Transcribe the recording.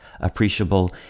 Appreciable